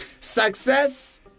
success